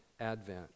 advent